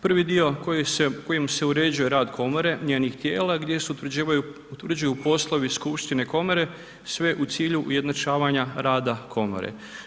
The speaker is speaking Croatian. Prvi dio kojim se uređuje rad komore, njenih tijela gdje se utvrđuju poslovi, skupštine komore, sve u cilju ujednačavanja rada komore.